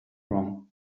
wrong